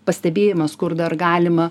pastebėjimas kur dar galima